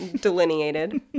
delineated